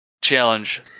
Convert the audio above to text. challenge